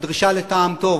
הדרישה לטעם טוב,